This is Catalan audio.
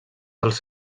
dels